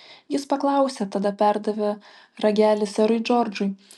jis paklausė tada perdavė ragelį serui džordžui